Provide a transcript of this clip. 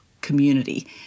community